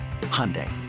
Hyundai